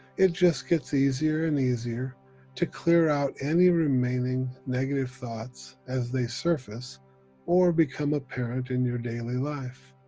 it just gets easier and easier to clear out any remaining negative thoughts as they surface or become apparent in your daily life,